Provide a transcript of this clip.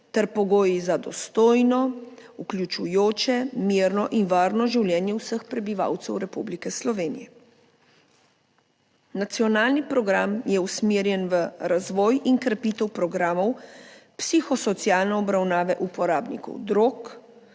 ter pogoji za dostojno, vključujoče, mirno in varno življenje vseh prebivalcev Republike Slovenije. Nacionalni program je usmerjen v razvoj in krepitev programov psihosocialne obravnave uporabnikov drog,